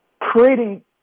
creating